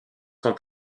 son